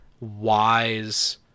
wise